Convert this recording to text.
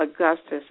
Augustus